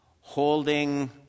holding